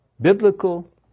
biblical